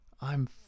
I'm